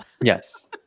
yes